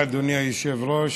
אדוני היושב-ראש.